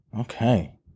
Okay